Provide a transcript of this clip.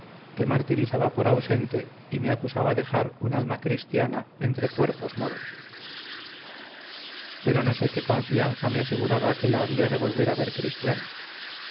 me martirizaba por ausente y me acusaba dejar un alma cristiana entre cuerpos moros pero no sé qué confianza me aseguraba que la había de volver a ver cristiana